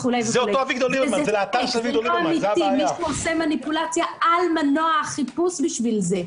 מישהו עושה מניפולציה על מנוע החיפוש בשביל זה.